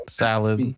salad